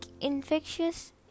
infectious